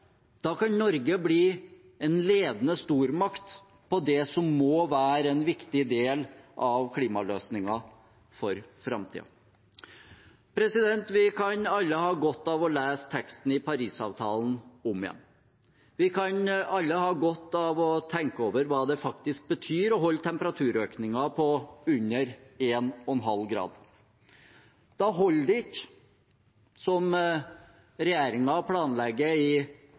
Da kan Norge bli en ledende stormakt i det som må være en viktig del av klimaløsningen for framtiden. Vi kan alle ha godt av å lese teksten i Parisavtalen om igjen. Vi kan alle ha godt av å tenke over hva det faktisk betyr å holde temperaturøkningen på under 1,5 grader. Da holder det ikke, som regjeringen planlegger i